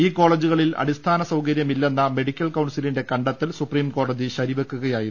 ഈ കോളജുകളിൽ അടിസ്ഥാന സൌകര്യമില്ലെന്ന മെഡിക്കൽ കൌൺസിലിന്റെ കണ്ടെത്തൽ സുപ്രീം കോടതി ശരിവെക്കുകയായിരുന്നു